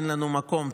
אין לנו מקום,